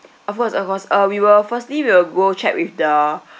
of course of course uh we will firstly we'll go check with the